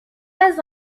pas